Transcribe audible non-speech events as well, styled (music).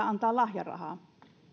(unintelligible) antaa lahjarahaa